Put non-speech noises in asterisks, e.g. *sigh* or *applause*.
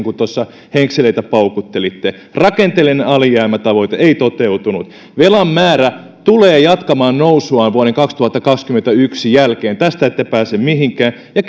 *unintelligible* kuin tuossa henkseleitä paukuttelitte rakenteellisen alijäämän tavoite ei toteutunut velan määrä tulee jatkamaan nousuaan vuoden kaksituhattakaksikymmentäyksi jälkeen tästä ette pääse mihinkään ja *unintelligible*